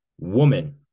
woman